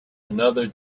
another